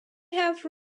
have